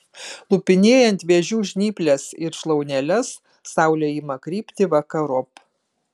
lupinėjant vėžių žnyples ir šlauneles saulė ima krypti vakarop